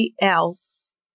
else